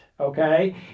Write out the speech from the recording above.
okay